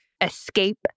escape